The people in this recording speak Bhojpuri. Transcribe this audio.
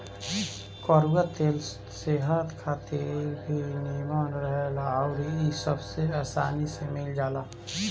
कड़ुआ तेल सेहत खातिर भी निमन रहेला अउरी इ सबसे आसानी में मिल जाला